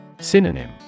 Synonym